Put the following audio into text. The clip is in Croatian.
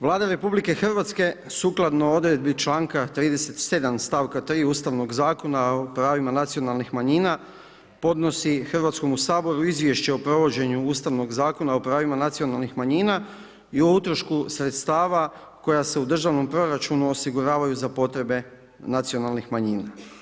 Vlada RH sukladno odredbi članka 37. stavka 3 ustavnog Zakona o pravima nacionalnih manjina, podnosi Hrvatskome saboru izvješće o provođenju Ustavnog zakona o pravima nacionalnih manjina i o utrošku sredstava, koja se u državnom proračunu osiguravaju za potrebe nacionalnih manjina.